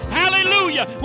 hallelujah